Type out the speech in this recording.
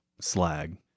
slag